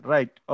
Right